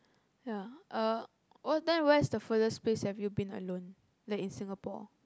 ya uh oh then where is the furthest place have you been alone like in Singapore